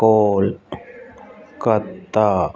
Kolkata